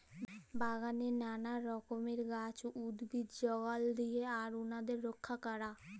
বাগালে লালা রকমের গাহাচ, উদ্ভিদ যগাল দিয়া আর উনাদের রইক্ষা ক্যরা